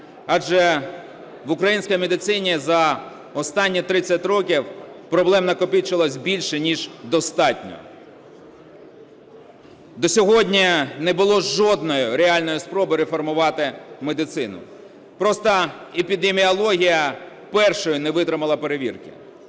Адже в українській медицині за останні 30 років проблем накопичилось більше ніж достатньо. До сьогодні не було жодної реальної спроби реформувати медицину. Просто епідеміологія першою не витримала перевірки.